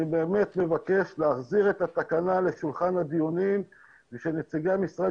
אני מבקש להחזיר את התקנה לשולחן הדיונים ושנציגי המשרד